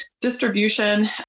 distribution